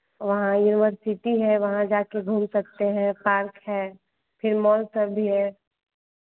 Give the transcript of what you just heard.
वहाँ युनिवर्सिटी है वहाँ जा कर घूम सकते हैं पार्क है फिर मॉल सब भी है